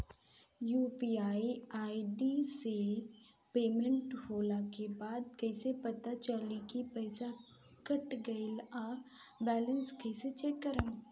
UPI ID से payment होला के बाद कइसे पता चली की पईसा कट गएल आ बैलेंस कइसे चेक करम?